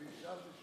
תישאר.